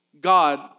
God